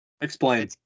Explain